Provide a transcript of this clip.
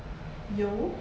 油